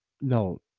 no